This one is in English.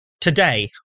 Today